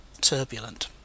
turbulent